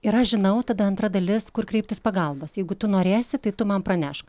ir aš žinau tada antra dalis kur kreiptis pagalbos jeigu tu norėsi tai tu man pranešk